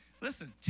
Listen